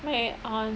my aunt